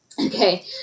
Okay